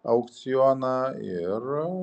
aukcioną ir